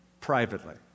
privately